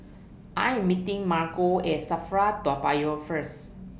I Am meeting Margo At SAFRA Toa Payoh First